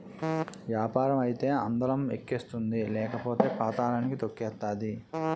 యాపారం అయితే అందలం ఎక్కిస్తుంది లేకపోతే పాతళానికి తొక్కేతాది